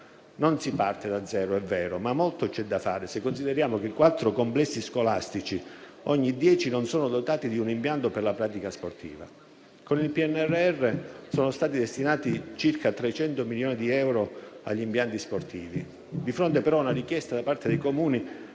Non si parte da zero - è vero - ma c'è molto da fare, se consideriamo che quattro complessi scolastici ogni dieci non sono dotati di un impianto per la pratica sportiva. Con il PNRR sono stati destinati circa 300 milioni di euro agli impianti sportivi, di fronte però a una richiesta da parte dei Comuni